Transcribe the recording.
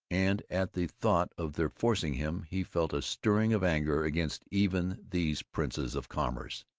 and at the thought of their forcing him he felt a stirring of anger against even these princes of commerce.